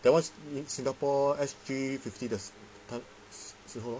that one's singapore S_G fifty the 时候